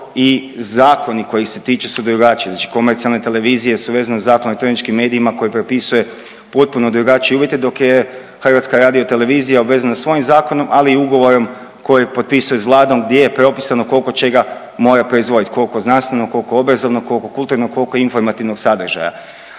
i zakoni koji se tiču drugačiji. Znači komercijalne televizije su vezane uz Zakon o elektroničkim medijima koji propisuje potpuno drugačije uvjete dok je HRT vezana svojim zakonom ali i ugovorom koji potpisuje s Vladom gdje je propisano koliko čega mora proizvoditi, koliko znanstvenog, koliko obrazovnog, koliko kulturnog, koliko informativnog sadržaja.